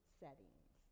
settings